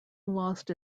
lost